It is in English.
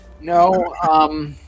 No